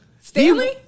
Stanley